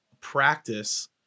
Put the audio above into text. practice